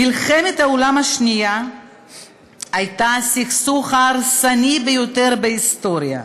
מלחמת העולם השנייה הייתה הסכסוך ההרסני ביותר בהיסטוריה.